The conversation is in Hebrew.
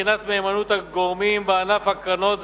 בחינת מהימנות הגורמים בענף הקרנות,